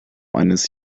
eines